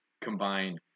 combine